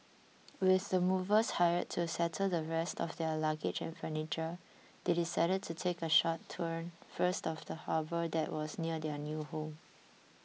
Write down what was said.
with the movers hired to settle the rest of their luggage and furniture they decided to take a short tour first of the harbour that was near their new home